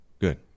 Good